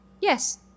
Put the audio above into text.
Yes